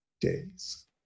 days